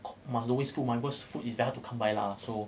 must don't waste food mah because food very hard to come by lah so